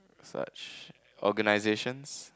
such organisation